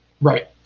Right